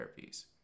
Therapies